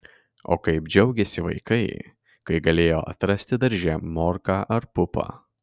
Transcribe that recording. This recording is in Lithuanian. o kaip džiaugėsi vaikai kai galėjo atrasti darže morką ar pupą